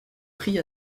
pris